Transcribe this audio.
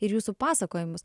ir jūsų pasakojimus